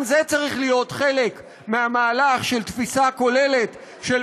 גם זה צריך להיות חלק מהמהלך של תפיסה כוללת של